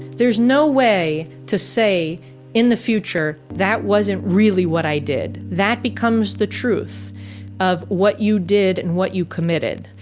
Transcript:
there's no way to say in the future that wasn't really what i did. that becomes becomes the truth of what you did and what you committed.